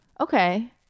okay